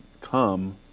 come